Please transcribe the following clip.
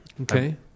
Okay